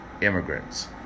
immigrants